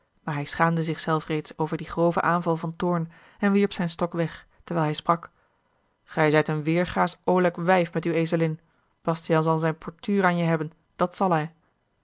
maar hij schaamde zich zelf reeds over dien groven aanval van toorn en wierp zijn stok weg terwijl hij sprak gij zijt een weergaasch olijk wijf met uwe ezelin bastiaan zal zijn portuur aan je hebben dat zal hij